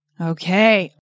Okay